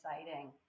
exciting